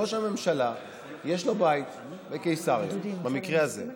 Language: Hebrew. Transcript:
ראש הממשלה, יש לו בית, בקיסריה במקרה הזה,